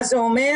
מה זה אומר?